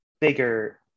bigger